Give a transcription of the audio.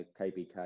KBK